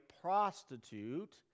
prostitute